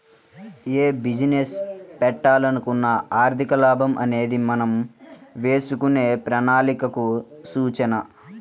యే బిజినెస్ పెట్టాలనుకున్నా ఆర్థిక లాభం అనేది మనం వేసుకునే ప్రణాళికలకు సూచిక